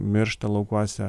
miršta laukuose